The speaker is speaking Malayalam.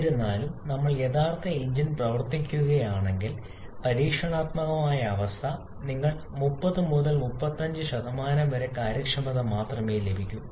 എന്നിരുന്നാലും നമ്മൾ യഥാർത്ഥ എഞ്ചിൻ പ്രവർത്തിപ്പിക്കുകയാണെങ്കിൽ പരീക്ഷണാത്മക അവസ്ഥ നിങ്ങൾക്ക് 30 മുതൽ 35 വരെ കാര്യക്ഷമത മാത്രമേ ലഭിക്കൂ